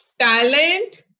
talent